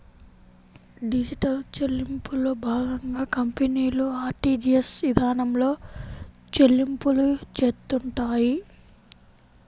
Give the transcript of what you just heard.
digital చెల్లింపుల్లో భాగంగా కంపెనీలు ఆర్టీజీయస్ ఇదానంలో చెల్లింపులు చేత్తుంటాయి